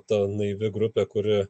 ta naivi grupė kuri